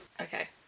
Okay